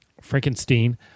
Frankenstein